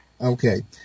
okay